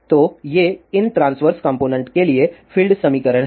तो ये इन ट्रांस्वर्स कॉम्पोनेन्ट के लिए फील्ड समीकरण हैं